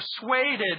persuaded